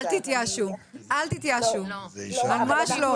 אל תתייאשו, ממש לא.